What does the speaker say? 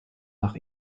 nach